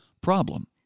problem